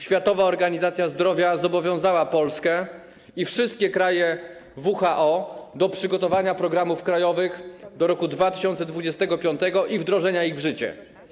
Światowa Organizacja Zdrowia zobowiązała Polskę i wszystkie kraje WHO do przygotowania programów krajowych do roku 2025 i wdrożenia ich w życie.